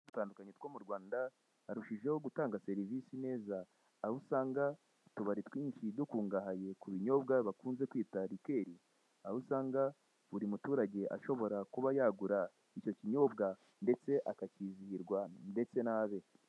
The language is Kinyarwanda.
Dutandukanye two mu Rwanda barushijeho gutanga serivisi neza. Aho usanga utubari twinshi dukungahaye ku binyobwa bakunze kwita likeri aho usanga buri muturage ashobora kuba yagura icyo kinyobwa ndetse akakizihirwa ndetse n'abe.